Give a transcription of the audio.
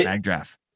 draft